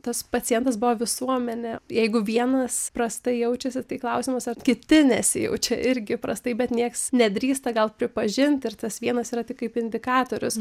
tas pacientas buvo visuomenė jeigu vienas prastai jaučiasi tai klausimas ar kiti nesijaučia irgi prastai bet nieks nedrįsta gal pripažint ir tas vienas yra tik kaip indikatorius